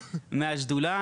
מהשדולה,